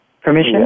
Permission